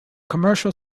commercial